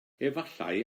efallai